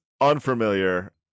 unfamiliar